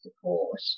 support